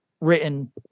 written